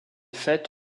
faite